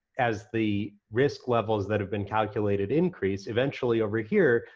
as the risk levels that have been calculated increase, eventually over here,